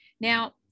Now